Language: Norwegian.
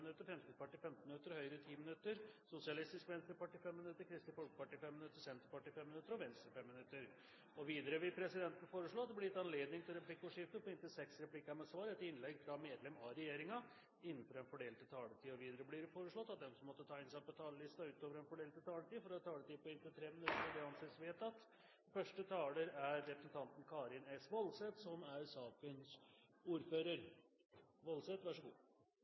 minutter, Fremskrittspartiet 15 minutter, Høyre 10 minutter, Sosialistisk Venstreparti 5 minutter, Kristelig Folkeparti 5 minutter, Senterpartiet 5 minutter og Venstre 5 minutter. Videre vil presidenten foreslå at det blir gitt anledning til replikkordskifte på inntil seks replikker med svar etter innlegg fra medlem av regjeringen innenfor den fordelte taletid. Videre blir det foreslått at de som måtte tegne seg på talerlisten utover den fordelte taletid, får en taletid på inntil 3 minutter. – Det anses vedtatt. Først vil jeg understreke viktigheten av at Norge som nasjon har klare mål og strategier for vårt samarbeid med Sørøst-Europa. Det er